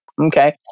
Okay